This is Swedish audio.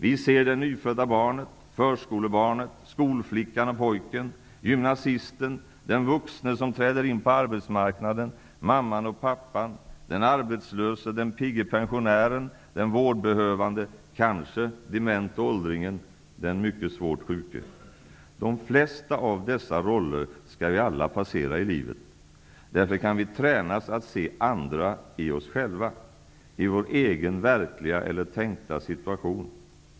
Vi ser det nyfödda barnet, förskolebarnet, skolflickan och pojken, gymnasisten, den vuxne som träder in på arbetsmarknaden, mamman och pappan, den arbetslösa, den pigga pensionären, den vårdbehövande, kanske dementa åldringen, den mycket svårt sjuke. De flesta av dessa ”roller” skall vi alla passera i livet. Därför kan vi tränas i att se andra i oss själva, i vår egen verkliga eller tänkta situation.